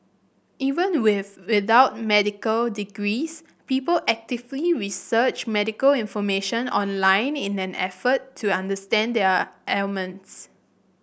even with without medical degrees people actively research medical information online in an effort to understand their ailments